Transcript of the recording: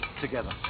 together